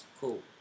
Cool